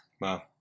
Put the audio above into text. Wow